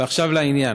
ועכשיו לעניין.